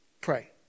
pray